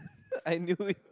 I knew it